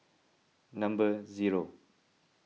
number zero